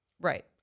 Right